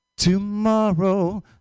Tomorrow